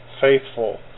faithful